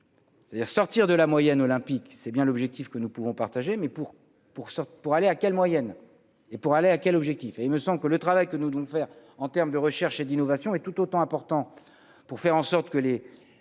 C'est-à-dire sortir de la moyenne olympique, c'est bien l'objectif que nous pouvons partager mais pour pour sortent pour aller à quelle moyenne et pour aller à quels objectif et il me semble que le travail que nous devons faire en terme de recherche et d'innovation et tout autant important pour faire en sorte que les